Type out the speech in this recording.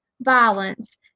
violence